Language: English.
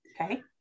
Okay